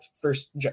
first